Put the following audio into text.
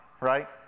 right